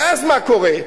ואז מה קורה?